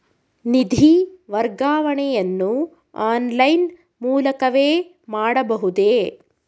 ನಿಧಿ ವರ್ಗಾವಣೆಯನ್ನು ಆನ್ಲೈನ್ ಮೂಲಕವೇ ಮಾಡಬಹುದೇ?